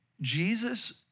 Jesus